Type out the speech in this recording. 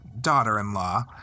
daughter-in-law